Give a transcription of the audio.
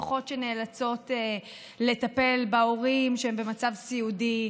משפחות שנאלצות לטפל בהורים במצב סיעודי,